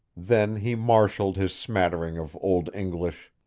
then he marshalled his smattering of old english.